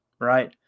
right